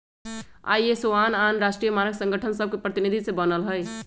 ISO आन आन राष्ट्रीय मानक संगठन सभके प्रतिनिधि से बनल हइ